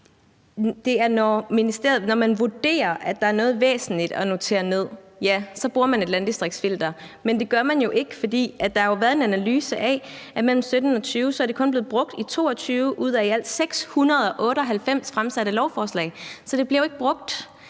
Når man vurderer, at der er noget væsentligt at notere ned, så bruger man et landdistriktsfilter, ja, men det gør man jo ikke, for der har været en analyse af, at mellem 2017 og 2020 er det kun blevet brugt i 22 ud af i alt 698 fremsatte lovforslag. Så det bliver jo ikke brugt.